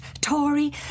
Tory